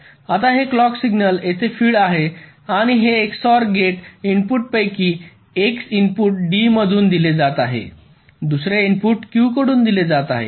आता हे clock signal येथे फीड आहे आणि हे XOR गेट इनपुटपैकी एक इनपुट D मधून दिले जात आहे दुसरे इनपुट Q कडून दिले जात आहे